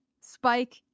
Spike